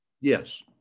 Yes